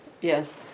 Yes